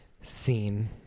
Scene